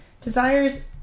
desires